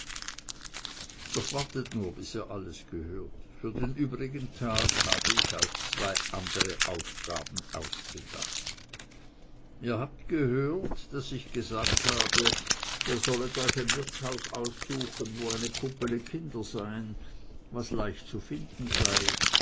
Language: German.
doch wartet nur bis ihr alles gehört für den übrigen tag habe ich euch zwei andere aufgaben ausgedacht ihr habt gehört daß ich gesagt habe ihr sollet euch ein wirtshaus aussuchen wo eine kuppele kinder seien was leicht zu finden sei